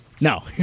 No